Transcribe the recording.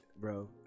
bro